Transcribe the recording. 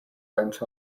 went